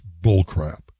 bullcrap